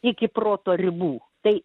iki proto ribų tai